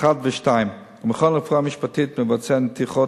1 2. המכון לרפואה משפטית מבצע נתיחות